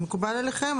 זה מקובל עליכם?